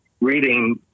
reading